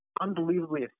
unbelievably